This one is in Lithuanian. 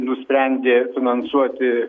nusprendė finansuoti